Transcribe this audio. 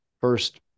First